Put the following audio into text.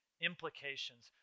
implications